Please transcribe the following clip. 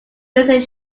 raising